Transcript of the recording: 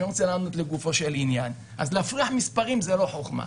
אז להפריח מספרים זו לא חוכמה.